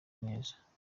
neza